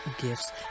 gifts